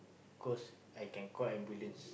cause I can call ambulance